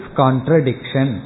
contradiction